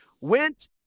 went